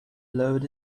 lowered